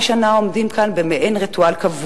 מחברי הכנסת הבודדים שכבר היה כאן כאשר החוק הזה חוקק,